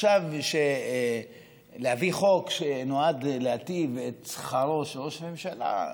עכשיו להביא חוק שנועד להיטיב את שכרו של ראש הממשלה,